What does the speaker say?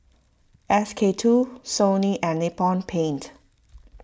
S K two Sony and Nippon Paint